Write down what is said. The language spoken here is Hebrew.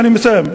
אני מסיים.